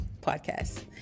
podcast